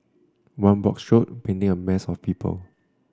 one broad stroke painting a mass of people